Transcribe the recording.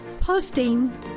posting